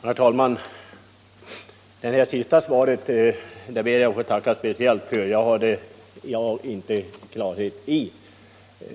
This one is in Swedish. Herr talman! Den upplysningen ber jag att få tacka speciellt för. Detta hade jag inte klarhet i.